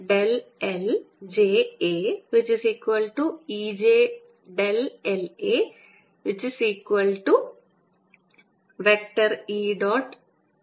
l j aEjlaE